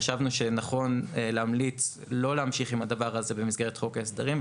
חשבנו שנכון להמליץ לא להמשיך עם הדבר הזה במסגרת חוק ההסדרים,